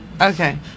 Okay